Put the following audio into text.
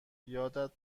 یادت